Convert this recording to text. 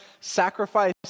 Sacrifice